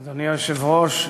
אדוני היושב-ראש,